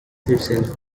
herself